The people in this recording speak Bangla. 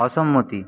অসম্মতি